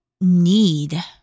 need